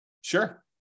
Sure